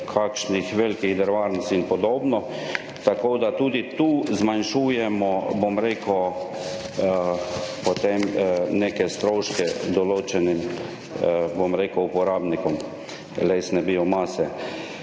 kakšnih velikih drvarnic in podobno. Tako da tudi tu zmanjšujemo, bom rekel, potem neke stroške določenim, bom rekel, uporabnikom lesne biomase.